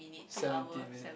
seventeen minute